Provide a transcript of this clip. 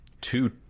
two